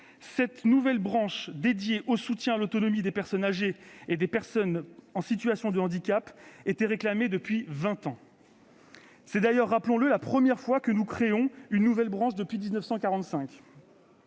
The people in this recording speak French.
cette nouvelle branche dédiée au soutien à l'autonomie des personnes âgées et des personnes en situation de handicap était réclamée depuis vingt ans. C'est d'ailleurs, rappelons-le, la première fois qu'est créée une nouvelle branche depuis 1945.